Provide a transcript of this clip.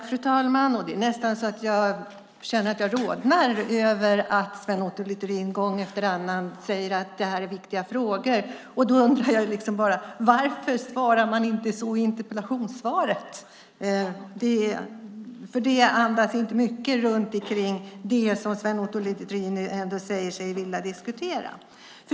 Fru talman! Jag känner nästan att jag rodnar över att Sven Otto Littorin gång efter annan säger att det här är viktiga frågor. Jag undrar därför varför man inte skriver så i interpellationssvaret. Det andas inte mycket av det som Sven Otto Littorin nu säger sig vilja diskutera.